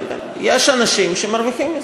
יש אנשים שמרוויחים מזה,